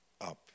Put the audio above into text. up